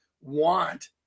want